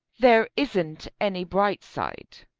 there isn't any bright side.